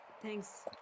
Thanks